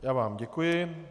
Já vám děkuji.